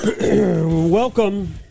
welcome